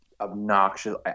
obnoxious